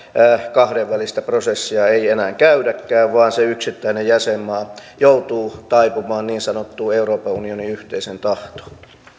kahdenvälistä prosessia ei enää käydäkään vaan se yksittäinen jäsenmaa joutuu taipumaan niin sanottuun euroopan unionin yhteiseen tahtoon